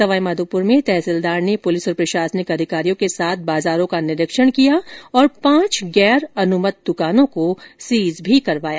सवाई माधोपुर में तहसीलदार ने पुलिस और प्रशासनिक अधिकारियों के साथ बाजारों का निरीक्षण किया और पांच गैर अनुमत दुकानों को सीज करवाया